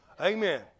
Amen